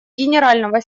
генерального